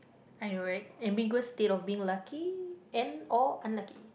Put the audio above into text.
I know right ambiguous state of being lucky and or unlucky